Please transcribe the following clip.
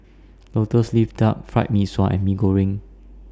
Lotus Leaf Duck Fried Mee Sua and Mee Goreng